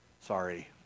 Sorry